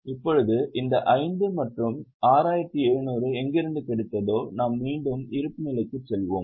இப்போது இந்த 5 மற்றும் 6700 எங்கிருந்து கிடைத்ததோ நாம் மீண்டும் இருப்புநிலைக்கு செல்வோம்